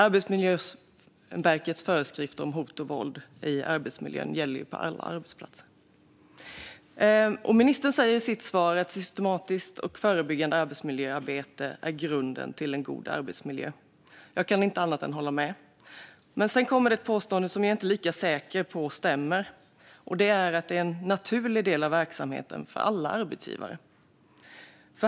Arbetsmiljöverkets föreskrifter om hot och våld i arbetsmiljön gäller på alla arbetsplatser. Ministern säger i sitt svar att systematiskt och förebyggande arbetsmiljöarbete är grunden till en god arbetsmiljö. Jag kan inte annat än hålla med. Men sedan kommer det ett påstående som jag inte är lika säker på stämmer, nämligen att det är en naturlig del av verksamheten för alla arbetsgivare.